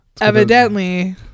evidently